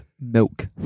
milk